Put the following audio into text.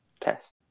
test